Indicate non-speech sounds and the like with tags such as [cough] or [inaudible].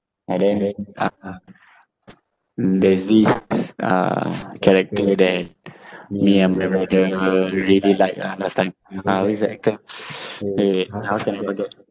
ah then uh mm there's this uh character that me and my brother really like ah last time uh who's that actor [noise] wait wait how can I forget